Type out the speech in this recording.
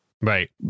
Right